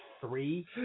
three